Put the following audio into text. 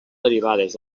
derivades